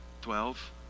Twelve